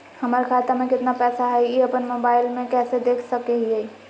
हमर खाता में केतना पैसा हई, ई अपन मोबाईल में कैसे देख सके हियई?